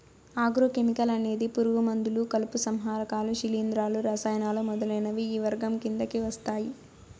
agro chemical అనేది పురుగు మందులు, కలుపు సంహారకాలు, శిలీంధ్రాలు, రసాయనాలు మొదలైనవి ఈ వర్గం కిందకి వస్తాయి